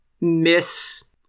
miss